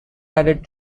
added